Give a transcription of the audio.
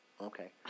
Okay